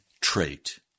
trait